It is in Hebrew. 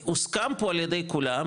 הוסכם פה על ידי כולם,